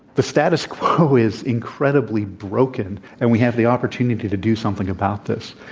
the status quo is incredibly broken, and we have the opportunity to do something about this.